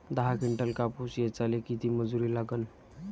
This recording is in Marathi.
दहा किंटल कापूस ऐचायले किती मजूरी लागन?